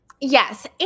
yes